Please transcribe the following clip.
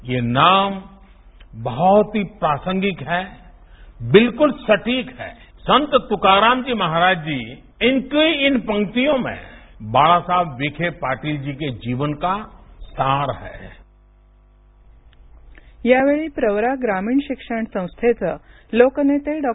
ये नाम बहोतही प्रासंगिक है बिलकुल सटीक है संत तुकारामजी महाराजजी इनकी इन पंक्तियों में बाळासाहेब विखे पाटीलजी के जीवन का सार है या वेळी प्रवरा ग्रामीण शिक्षण संस्थेचं लोकनेते डॉ